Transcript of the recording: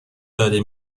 داده